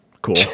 cool